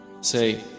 Say